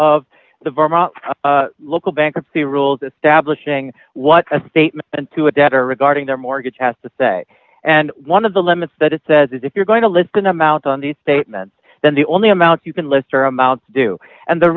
the local bankruptcy rules establishing what a state and to a debtor regarding their mortgage has to say and one of the limits that it says is if you're going to list an amount on these statements then the only amount you can list or amount to do and the